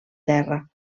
terra